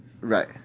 Right